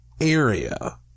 area